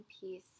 piece